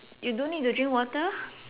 you don't need to drink water